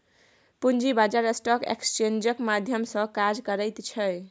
पूंजी बाजार स्टॉक एक्सेन्जक माध्यम सँ काज करैत छै